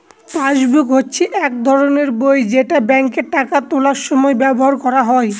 passbook হচ্ছে এক ধরনের বই যেটা ব্যাঙ্কে টাকা তোলার সময় ব্যবহার করা হয়